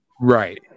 right